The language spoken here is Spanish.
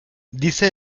dice